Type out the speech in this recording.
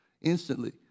instantly